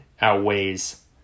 outweighs